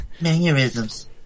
Mannerisms